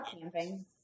camping